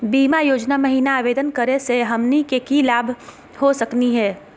बीमा योजना महिना आवेदन करै स हमनी के की की लाभ हो सकनी हे?